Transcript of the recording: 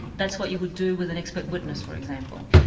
that's what you would do with an expert witness, for example.